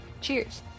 Cheers